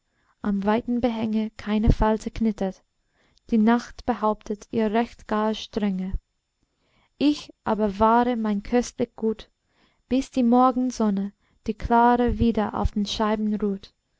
am weiten behänge keine falte knittert die nacht behauptet ihr recht gar strenge ich aber wahre mein köstlich gut bis die morgensonne die klare wieder auf den scheiben ruht